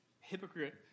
Hypocrite